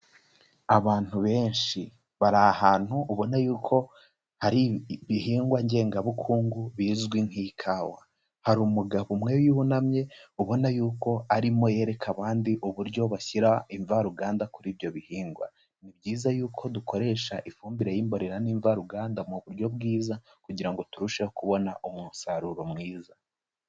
Abantu benshi, bari ahantu ubona yuko hari ibihingwa ngengabukungu bizwi nk'ikawa. Hari umugabo umwe yunamye ubona yuko arimo yereka abandi uburyo bashyira imvaruganda kuri ibyo bihingwa. Ni byiza yuko dukoresha ifumbire y'imborera n'imvaruganda mu buryo bwiza, kugira ngo turusheho kubona umusaruro mwiza.